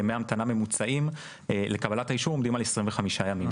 ימי המתנה ממוצעים לקבל האישור עומדים על 25 ימים.